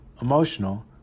emotional